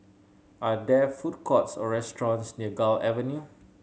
are there food courts or restaurants near Gul Avenue